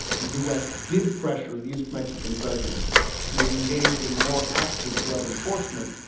the us did pressure these mexican presidents to engage in more active drug enforcement,